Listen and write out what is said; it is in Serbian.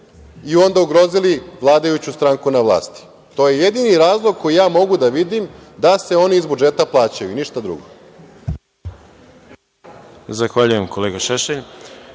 i onda ugrozili vladajuću stranku na vlasti. To je jedini razlog koji ja mogu da vidim da se oni iz budžeta plaćaju i ništa drugo. **Đorđe Milićević**